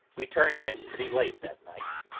we turned in pretty late that night,